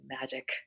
magic